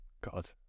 God